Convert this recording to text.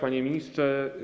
Panie Ministrze!